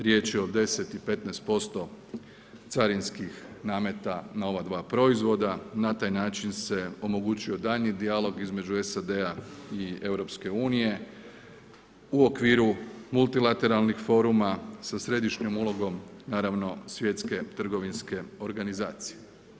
Riječ je o 10 i 15% carinskih nameta na ova 2 proizvoda, na taj način se omogućio daljnji dijalog između SAD-a i EU u okviru multilateralnih foruma sa središnjom ulogom, naravno svjetske trgovinske organizacije.